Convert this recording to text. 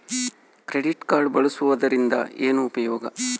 Credit card ಬಳಸುವದರಿಂದ ಏನು ಉಪಯೋಗ?